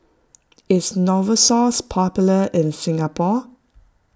is Novosource popular in Singapore